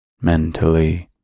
mentally